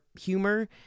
humor